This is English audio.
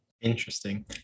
Interesting